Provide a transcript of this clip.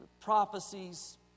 prophecies